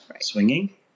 swinging